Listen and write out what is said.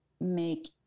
make